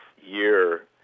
year